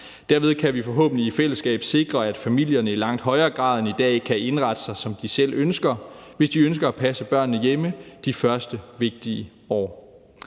Derved kan vi forhåbentlig i fællesskab sikre, at familierne i langt højere grad end i dag kan indrette sig, som de selv ønsker, hvis de ønsker at passe børnene hjemme i de første vigtige år.